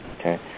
Okay